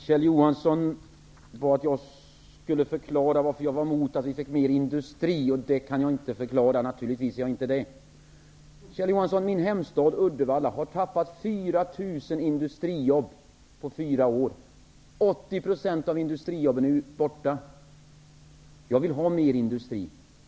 Herr talman! Kjell Johansson bad mig förklara varför jag var emot mer industri. Det kan jag naturligtvis inte förklara, eftersom jag inte är emot mer industri. I min hemstad Uddevalla, Kjell Johansson, har vi tappat 4 000 industrijobb under fyra år. Av industrijobben är 80 % borta. Jag vill ha mer industri.